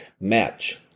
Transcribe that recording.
match